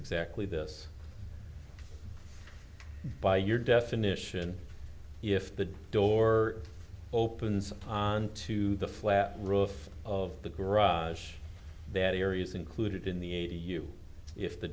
exactly this by your definition if the door opens onto the flat roof of the garage that area is included in the a you if the